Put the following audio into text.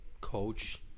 coach